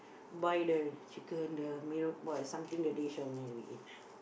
buy the chicken the mee reb~ something the dish I will like to eat